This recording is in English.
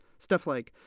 stuff like,